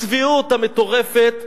הצביעות המטורפת.